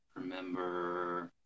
remember